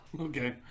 okay